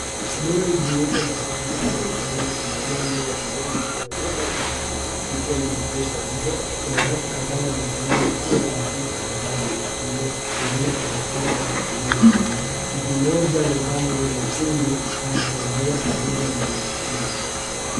Lori jeupe la rununu lenye nembo ya beyond zero mobile clinic likiwa limeegeshwa nje. Watu kadhaa wamesimama au wameketi karibu na lori hilo wengine wakionekana wakisubiri huduma mtu mmoja amevaa nguo nyekundu anatrmbea karibu na lori hilo.